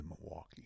Milwaukee